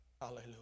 hallelujah